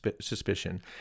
suspicion